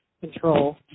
control